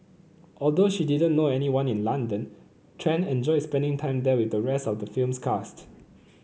although she didn't know anyone in London Tran enjoyed spending time there with the rest of the film's cast